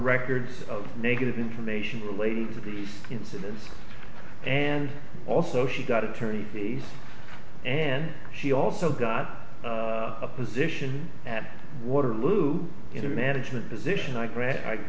records of negative information relating to be incidents and also she got attorneys and she also got a position at waterloo in a management position i